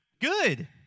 Good